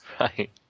Right